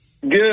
Good